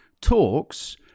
talks